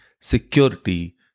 security